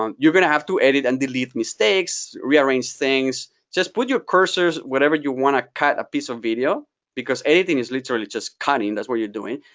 um you're going to have to edit and delete mistakes, rearrange things. just put your cursors whenever you want to cut a piece of video because editing is literally just cutting. that's what you're doing.